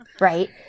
Right